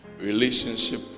relationship